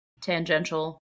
tangential